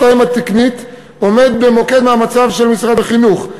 האם התקנית עומד במוקד מאמציו של משרד החינוך.